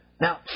Now